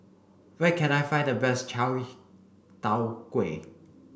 where can I find the best Chai Tow Kway